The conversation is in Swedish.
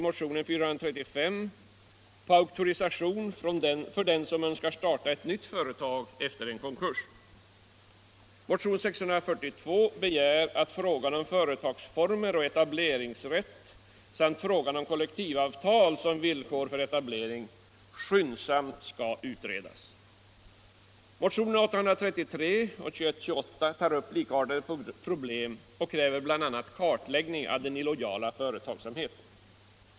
Motionerna 833 och 2128 tar upp likartade problem och kräver bl.a. kartläggning av den illojala konkurrensen.